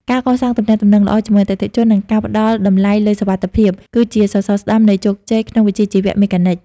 ការកសាងទំនាក់ទំនងល្អជាមួយអតិថិជន និងការផ្តល់តម្លៃលើសុវត្ថិភាព គឺជាសសរស្តម្ភនៃជោគជ័យក្នុងវិជ្ជាជីវៈមេកានិក។